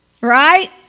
right